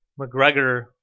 McGregor